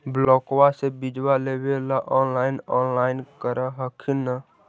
ब्लोक्बा से बिजबा लेबेले ऑनलाइन ऑनलाईन कर हखिन न?